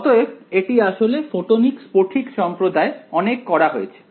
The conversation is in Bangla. অতএব এটি আসলে ফোটোনিক স্ফটিক সম্প্রদায়ে অনেক করা হয়েছে